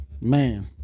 Man